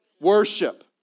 Worship